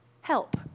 Help